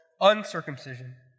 uncircumcision